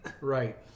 Right